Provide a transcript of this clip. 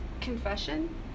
Confession